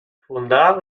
fundà